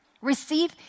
Receive